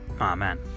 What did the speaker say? Amen